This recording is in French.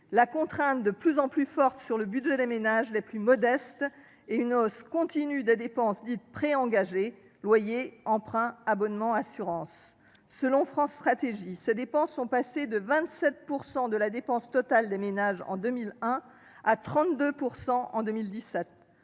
La contrainte de plus en plus forte sur le budget des ménages les plus modestes est une hausse continue des dépenses dites préengagées : loyers, remboursement d'emprunt, abonnements, assurances ... Selon France Stratégie, ces dépenses sont passées de 27 % de la dépense totale des ménages en 2001 à 32 % en 2017.